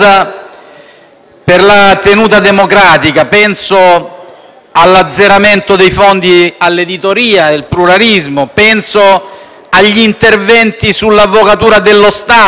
all'azzeramento dei fondi per l'editoria ed il pluralismo, penso agli interventi sulla Avvocatura dello Stato, che sostanziano un'idea di Governo autoritaria.